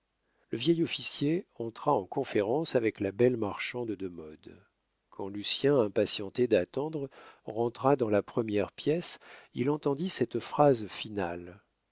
le vieil officier entra en conférence avec la belle marchande de modes quand lucien impatienté d'attendre rentra dans la première pièce il entendit cette phrase finale